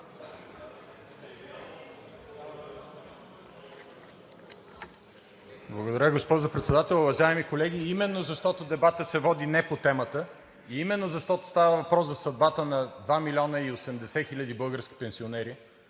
Благодаря. Госпожо Председател, уважаеми колеги! Именно, защото дебатът се води не по темата и именно, защото става въпрос за съдбата на 2 милиона и 80 хиляди български пенсионери